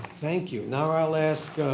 thank you. now i'll ask